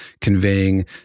conveying